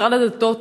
משרד הדתות,